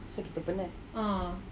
so kita penat